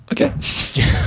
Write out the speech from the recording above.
okay